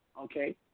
Okay